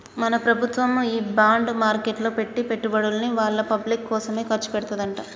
మన ప్రభుత్వము ఈ బాండ్ మార్కెట్లో పెట్టి పెట్టుబడుల్ని వాళ్ళ పబ్లిక్ కోసమే ఖర్చు పెడతదంట